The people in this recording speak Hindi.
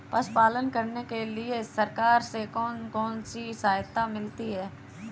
पशु पालन करने के लिए सरकार से कौन कौन सी सहायता मिलती है